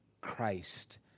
Christ